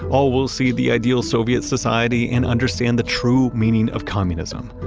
all will see the ideal soviet society and understand the true meaning of communism.